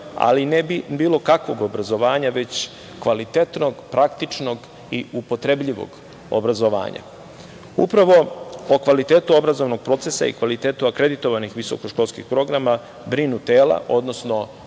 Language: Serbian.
ali ne bilo kakvog obrazovanja, već kvalitetnog, praktičnog i upotrebljivog obrazovanja. Upravo o kvalitetu obrazovnog procesa i kvalitetu akreditovanih visoko-školskih programa brinu tela, odnosno